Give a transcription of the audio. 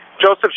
Joseph